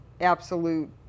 absolute